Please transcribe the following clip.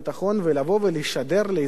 ולבוא ולשדר לאזרחים